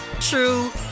true